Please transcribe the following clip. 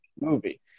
movie